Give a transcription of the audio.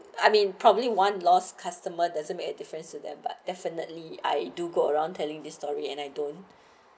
I mean probably one last customer doesn't make a difference to them but definitely I do go around telling this story and I don't